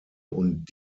und